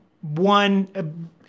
one